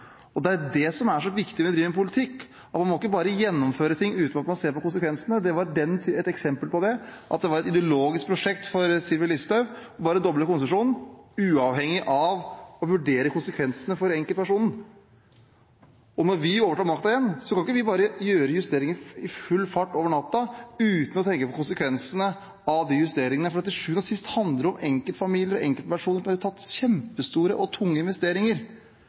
kyllinghus. Det er det som er så viktig når vi driver med politikk: Man må ikke bare gjennomføre ting uten at man ser på konsekvensene. Dette var et eksempel på det. Det var et ideologisk prosjekt for Sylvi Listhaug bare å doble konsesjonen uten å vurdere konsekvensene for enkeltpersonen. Når vi overtar makten igjen, kan vi ikke bare gjøre justeringer i full fart over natten uten å tenke på konsekvensene av justeringene, for til syvende og sist handler det om enkeltfamilier og enkeltpersoner som har tatt kjempestore og tunge investeringer.